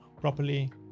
properly